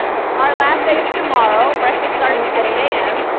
and our last day is tomorrow. breakfast starts at eight a m.